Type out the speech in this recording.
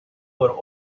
were